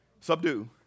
Subdue